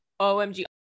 OMG